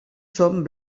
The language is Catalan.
són